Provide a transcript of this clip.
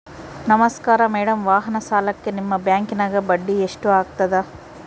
ನಮಸ್ಕಾರ ಮೇಡಂ ವಾಹನ ಸಾಲಕ್ಕೆ ನಿಮ್ಮ ಬ್ಯಾಂಕಿನ್ಯಾಗ ಬಡ್ಡಿ ಎಷ್ಟು ಆಗ್ತದ?